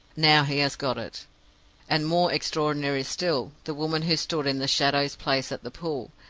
now he has got it and more extraordinary still, the woman who stood in the shadow's place at the pool!